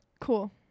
cool